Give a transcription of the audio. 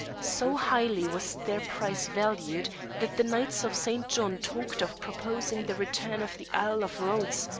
so highly was their prize valued, that the knights of st. john talked of proposing the return of the isle of rhodes,